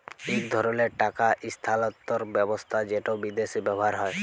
ইক ধরলের টাকা ইস্থালাল্তর ব্যবস্থা যেট বিদেশে ব্যাভার হ্যয়